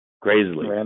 crazily